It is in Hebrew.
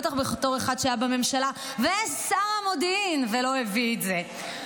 בטח בתור אחד שהיה בממשלה ושר המודיעין ולא הביא את זה.